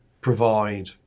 provide